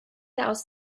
aus